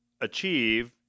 achieve